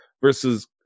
versus